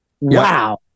Wow